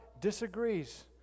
disagrees